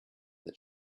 that